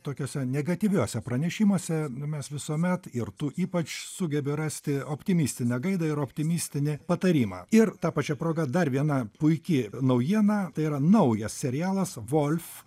tokiuose negatyviuose pranešimuose mes visuomet ir tu ypač sugebi rasti optimistinę gaidą ir optimistinį patarimą ir ta pačia proga dar viena puiki naujiena tai yra naujas serialas volf